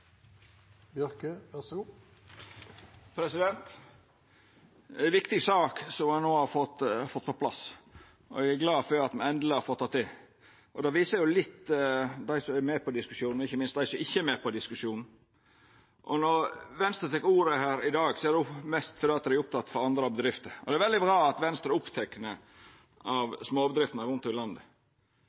ei viktig sak som ein no har fått på plass, og eg er glad for at me endeleg har fått det til. Det viser litt – dei som er med på diskusjonen, og ikkje minst dei som ikkje er med på diskusjonen. Når Venstre tek ordet her i dag, er det mest fordi dei er opptekne av andre bedrifter. Det er veldig bra at Venstre er opptekne av småbedriftene rundt i landet.